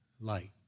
light